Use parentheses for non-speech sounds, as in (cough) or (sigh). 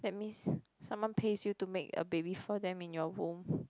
that means (breath) someone pays you to make a baby for them in your womb (breath)